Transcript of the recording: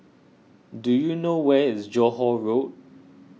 do you know where is Johore Road